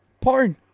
porn